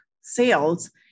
sales